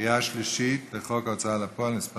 חוק ההוצאה לפועל (תיקון מס'